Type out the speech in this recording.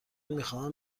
میخواهم